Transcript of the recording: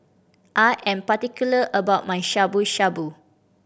I am particular about my Shabu Shabu